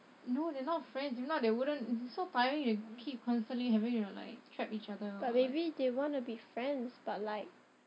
no they're not friends if not they wouldn't it be so tiring to keep constantly having you are like track each other